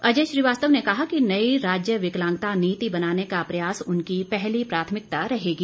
अजय श्रीवास्तव ने कहा कि नई राज्य विकलांगता नीति बनाने का प्रयास उनकी पहली प्राथमिकता रहेगी